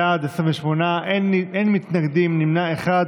בעד, 28, אין מתנגדים, נמנע אחד.